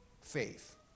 faith